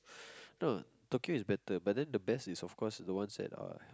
no Tokyo is better but the best is of course the ones that are